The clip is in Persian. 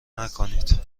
نکنید